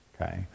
okay